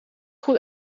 goed